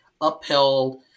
upheld